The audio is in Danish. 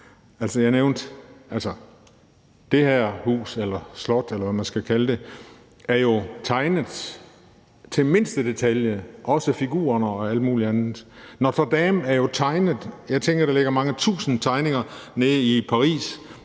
kalde det. Det er jo tegnet i mindste detalje, også figurerne og alt muligt andet. Notre-Dame er jo tegnet. Jeg tænker, at der ligger mange tusind tegninger nede i Paris,